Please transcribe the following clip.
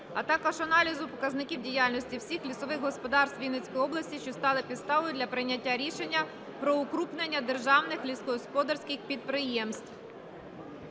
а також аналізу показників діяльності всіх лісових господарств Вінницької області, що стали підставою для прийняття рішення про укрупнення державних лісогосподарських підприємств.